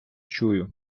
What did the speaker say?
чую